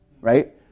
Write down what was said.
right